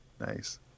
nice